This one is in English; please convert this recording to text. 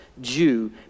Jew